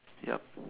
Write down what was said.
yup